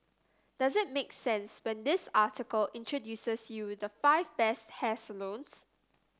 does it make sense when this article introduces you the five best hair salons